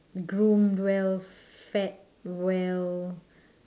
groom well fed well